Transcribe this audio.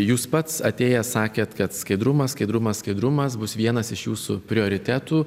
jūs pats atėjęs sakėt kad skaidrumas skaidrumas skaidrumas bus vienas iš jūsų prioritetų